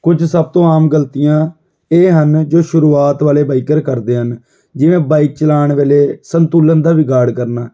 ਕੁਝ ਸਭ ਤੋਂ ਆਮ ਗਲਤੀਆਂ ਇਹ ਹਨ ਜੋ ਸ਼ੁਰੂਆਤ ਵਾਲੇ ਬਾਈਕਰ ਕਰਦੇ ਹਨ ਜਿਵੇਂ ਬਾਈਕ ਚਲਾਉਣ ਵੇਲੇ ਸੰਤੁਲਨ ਦਾ ਵਿਗਾੜ ਕਰਨਾ